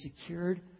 secured